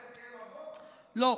לא,